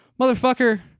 motherfucker